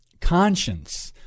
conscience